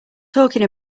talking